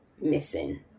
missing